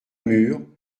mur